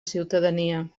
ciutadania